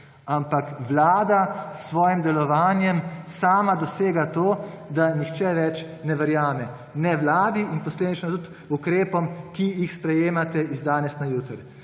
ampak vlada s svojim delovanjem sama dosega to, da nihče več ne verjame vladi in posledično tudi ukrepom, ki jih sprejemate z danes na jutri.